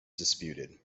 disputed